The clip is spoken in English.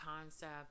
concept